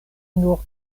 nur